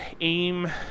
aim